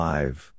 Live